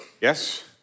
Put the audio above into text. Yes